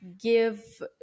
give